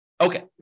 Okay